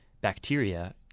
bacteria